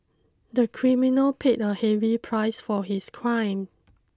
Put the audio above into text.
the criminal paid a heavy price for his crime